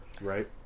Right